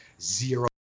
zero